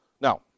Now